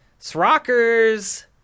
Srockers